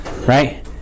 Right